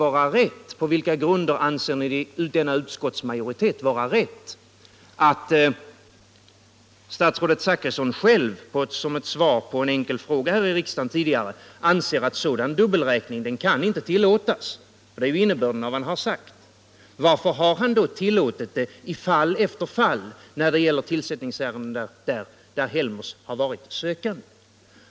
Och på vilka grunder anser ni i denna utskottsmajoritet det vara rätt att statsrådet Zachrisson själv som ett svar på en fråga här i riksdagen hävdar att sådan dubbelräkning inte kan tillåtas — det är innebörden av vad han har sagt — men ändå har tillåtit det i fall efter fall när det gällt tillsättningsärenden där Helmers har varit sökande?